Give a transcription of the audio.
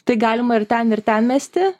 tai galima ir ten ir ten mesti